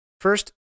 First